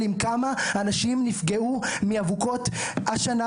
תראו לי כמה אנשים נפגעו מאבוקות השנה,